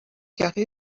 carré